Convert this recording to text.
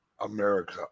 America